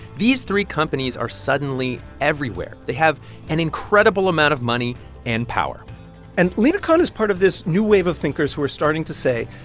these three companies are suddenly everywhere. they have an incredible amount of money and power and lina khan is part of this new wave of thinkers who are starting to say,